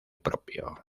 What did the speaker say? propio